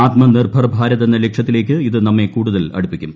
ആത്മനിർഭർ ഭാരത് എന്ന ലക്ഷ്യത്തിലേക്ക് ഇത് നമ്മെ കൂടുതൽ അടുപ്പിക്കും